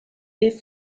est